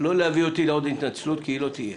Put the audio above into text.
לא להביא אותי לעוד התנצלות, כי היא לא תהיה.